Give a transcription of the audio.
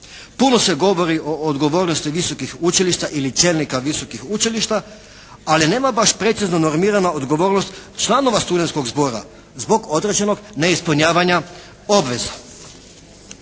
Puno se govori o odgovornosti visokih učilišta ili čelnika visokih učilišta, ali nema baš precizno normirana odgovornost članova studentskog zbora zbog određenog neispunjavanja obveza.